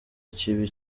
kibi